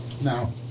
Now